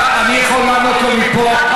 אני יכול לענות לו מפה.